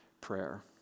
prayer